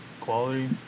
quality